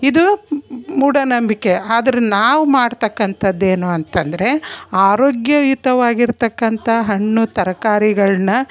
ಇದು ಮೂಢನಂಬಿಕೆ ಆದರೆ ನಾವು ಮಾಡ್ತಕ್ಕಂಥದ್ದು ಏನು ಅಂತಂದರೆ ಆರೋಗ್ಯಯುತವಾಗಿ ಇರ್ತಕ್ಕಂಥ ಹಣ್ಣು ತರಕಾರಿಗಳನ್ನ